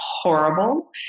horrible